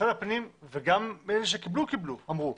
משרד הפנים, וגם אלה שקיבלו, אמרו: